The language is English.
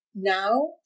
Now